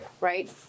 Right